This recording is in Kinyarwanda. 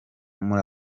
muri